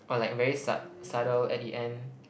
or like very sub~ subtle at the end